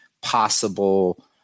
possible